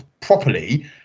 properly